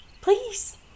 Please